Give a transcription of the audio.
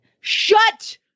Shut